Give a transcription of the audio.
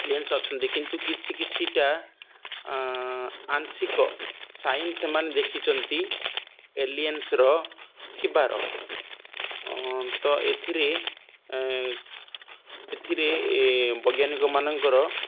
aliens ଅଛନ୍ତି କିନ୍ତୁ କିଛି କିଛିଟା ଆଂସିକ ସାଇନ୍ ସେମାନେ ଦେଖିଛନ୍ତି ଏଲିଏନ୍ସର ଥିବାର ତ ଏଥିରେ ଏଥିରେ ବୈଜ୍ଞାନିକ ମାନଙ୍କର